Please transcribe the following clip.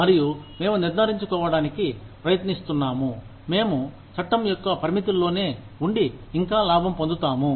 మరియు మేము నిర్ధారించుకోవడానికి ప్రయత్నిస్తున్నాము మేము చట్టం యొక్క పరిమితుల్లోనే ఉండి ఇంకా లాభం పొందుతాము